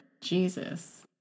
jesus